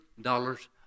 dollars